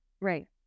Right